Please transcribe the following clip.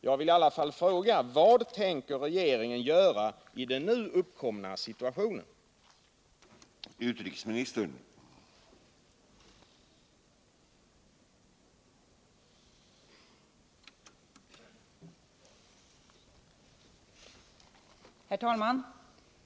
Jag vill i alla fall fråga: Vad tänker regeringen göra i den nu uppkomna = Nr 157 situationen?